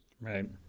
Right